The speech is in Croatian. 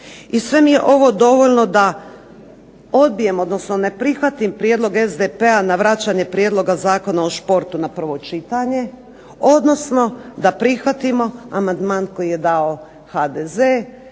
i sve mi je ovo dovelo da odbijem, odnosno ne prihvatim prijedlog SDP-a na vraćanje prijedloga Zakona o športu na prvo čitanje, odnosno da prihvatimo amandman koji je dao HDZ,